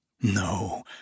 No